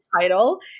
title